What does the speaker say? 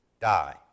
die